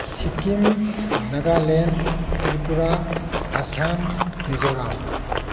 Sikkim Nagaland Tripura Assam Mizoram